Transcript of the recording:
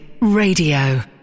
Radio